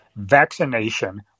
vaccination